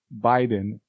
Biden